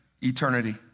eternity